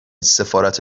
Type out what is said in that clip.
سفارت